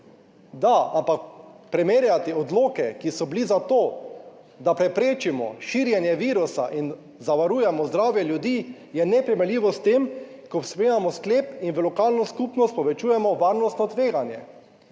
Da, ampak primerjati odloke, ki so bili za to, da preprečimo širjenje virusa in zavarujemo zdravje ljudi, je neprimerljivo s tem, ko sprejemamo sklep in v lokalno skupnost povečujemo varnostno tveganje.